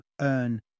earn